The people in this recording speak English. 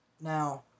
Now